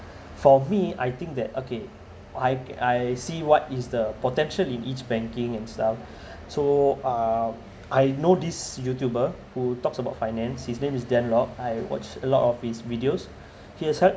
for me I think that okay I I see what is the potential in each banking and stuff so uh I know this youtuber who talks about finance his name is dan lok I watched a lot of his videos he has helped